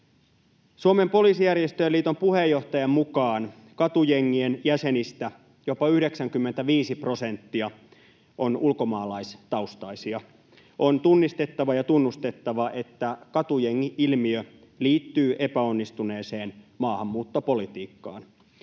Suomen Poliisijärjestöjen Liiton puheenjohtajan mukaan katujengien jäsenistä jopa 95 prosenttia on ulkomaalaistaustaisia. On tunnistettava ja tunnustettava, että katujengi-ilmiö liittyy epäonnistuneeseen maahanmuuttopolitiikkaan.